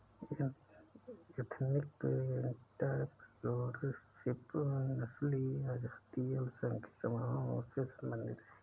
ethnic entrepreneurship नस्लीय या जातीय अल्पसंख्यक समूहों से संबंधित हैं